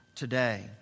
Today